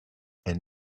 and